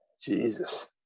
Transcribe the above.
Jesus